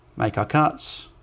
make our cuts.